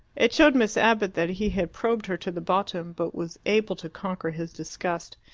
it showed miss abbott that he had probed her to the bottom, but was able to conquer his disgust,